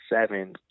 seven